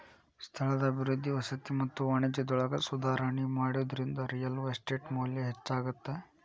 ಸ್ಥಳದ ಅಭಿವೃದ್ಧಿ ವಸತಿ ಮತ್ತ ವಾಣಿಜ್ಯದೊಳಗ ಸುಧಾರಣಿ ಮಾಡೋದ್ರಿಂದ ರಿಯಲ್ ಎಸ್ಟೇಟ್ ಮೌಲ್ಯ ಹೆಚ್ಚಾಗತ್ತ